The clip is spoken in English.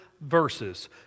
verses